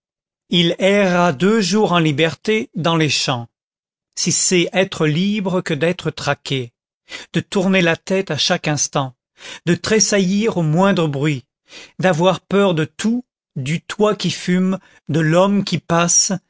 il erra deux jours en liberté dans les champs si c'est être libre que d'être traqué de tourner la tête à chaque instant de tressaillir au moindre bruit d'avoir peur de tout du toit qui fume de l'homme qui passe